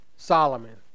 Solomon